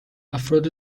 افراد